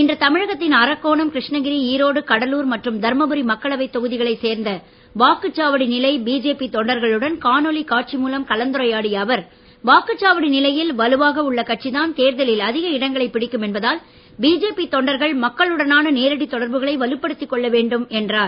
இன்று தமிழகத்தின் அரக்கோணம் கிருஷ்ணகிரி ஈரோடு கடலூர் மற்றும் தர்மபுரி மக்களவை தொகுதிகளை சேர்ந்த வாக்குச்சாவடி நிலை பிஜேபி தொண்டர்களுடன் காணொலி காட்சி மூலம் கலந்துரையாடிய அவர் வாக்குச்சாவடி நிலையில் வலுவாக உள்ள கட்சிதான் தேர்தலில் அதிக இடங்களை பிடிக்கும் என்பதால் பிஜேபி தொண்டர்கள் மக்களுடனான நேரடி தொடர்புகளை வலுப்படுத்திக் கொள்ள வேண்டும் என்றார்